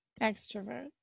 Extrovert